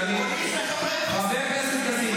האתיקה.